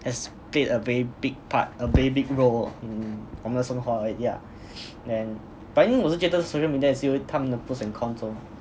has played a very big part a very big role in 我们的生活 like yeah then but then 我是觉得 social media 也是有它们的 pros and cons lor